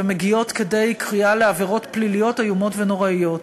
ומגיעות כדי קריאה לעבירות פליליות איומות ונוראות.